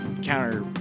counter